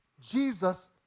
Jesus